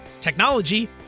technology